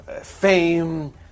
fame